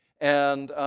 and